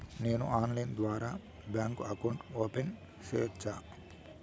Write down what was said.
నేను ఆన్లైన్ ద్వారా bank account open సేయొచ్చా?